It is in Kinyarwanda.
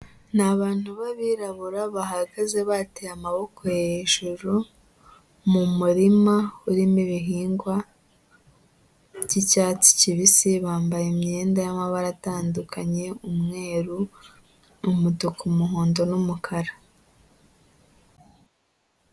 Ni abantu b'abirabura bahagaze bateye amaboko hejuru mu murima urimo ibihingwa by'icyatsi kibisi, bambaye imyenda y'amabara atandukanye, umweru, umutuku, umuhondo n'umukara.